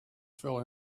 fell